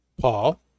Paul